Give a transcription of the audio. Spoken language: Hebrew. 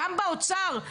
גם באוצר,